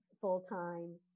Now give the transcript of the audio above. full-time